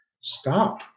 Stop